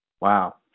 Wow